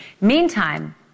Meantime